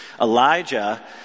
Elijah